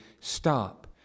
stop